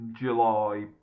July